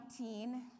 19